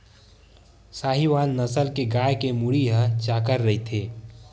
साहीवाल नसल के गाय के मुड़ी ह चाकर रहिथे